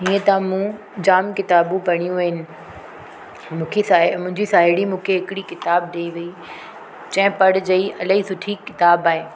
हीअं त मूं जामु किताबूं पढ़ियूं आहिनि मुंहिंजी साहिड़ी मूंखे हिकिड़ी किताबु ॾेई वई चयाईं पढ़ जांइ इलाही सुठी किताबु आहे